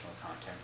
content